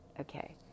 Okay